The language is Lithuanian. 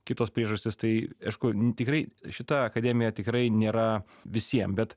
kitos priežastys tai aišku tikrai šita akademija tikrai nėra visiem bet